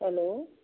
hello